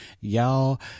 y'all